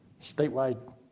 statewide